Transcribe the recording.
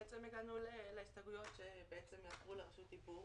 הגענו להסתייגויות שיהפכו לרשות דיבור.